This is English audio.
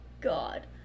god